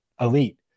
elite